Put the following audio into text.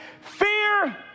fear